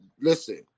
listen